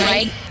Right